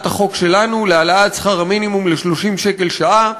החוק שלנו להעלאת שכר המינימום ל-30 שקל לשעה,